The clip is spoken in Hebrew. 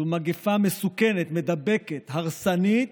זו מגפה מסוכנת, מידבקת, הרסנית,